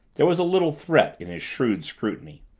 there was a little threat in his shrewd scrutiny.